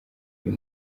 uyu